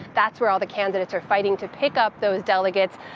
that's where all the candidates are fighting to pick up those delegates.